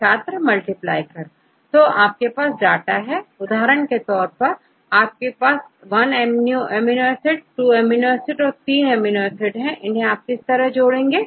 छात्र मल्टीप्लाई तो क्योंकि आपके पास डाटा है उदाहरण के तौर पर आपके पास 1 अमीनो एसिड 2 अमीनो एसिड और 3 अमीनो एसिड है इन्हें आप किस तरह से जोड़ेंगे